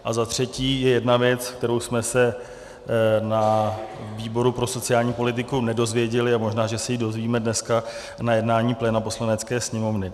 A za třetí, je jedna věc, kterou jsme se na výboru pro sociální politiku nedozvěděli a možná, že se ji dozvíme dneska na jednání pléna Poslanecké sněmovny.